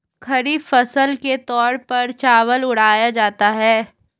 खरीफ फसल के तौर पर चावल उड़ाया जाता है